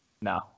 No